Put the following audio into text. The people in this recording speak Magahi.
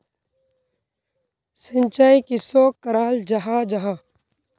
सिंचाई किसोक कराल जाहा जाहा?